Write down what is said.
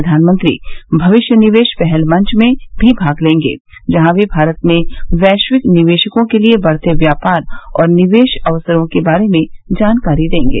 प्रधानमंत्री भविष्य निवेश पहल मंच में भी भाग लेंगे जहां वे भारत में वैश्विक निवेशकों के लिए बढ़ते व्यापार और निवेश अवसरों के बारे में जानकारी देंगे